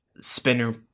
spinner